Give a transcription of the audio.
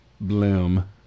Bloom